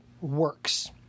works